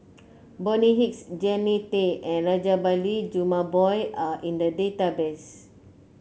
Bonny Hicks Jannie Tay and Rajabali Jumabhoy are in the database